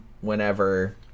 whenever